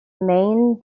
main